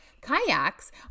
kayaks